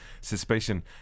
suspicion